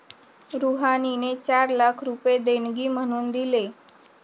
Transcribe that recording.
रुहानीने चार लाख रुपये देणगी म्हणून दिले